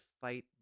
fight